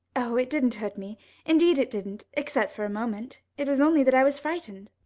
it didn't hurt me indeed it didn't, except for a moment. it was only that i was frightened.